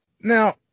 Now –